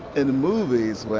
in the movies,